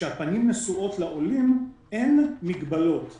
המשרד שלנו